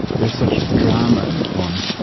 there's such drama in the poem.